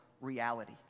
reality